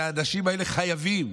והאנשים האלה חייבים,